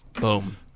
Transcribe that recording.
boom